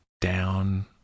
Down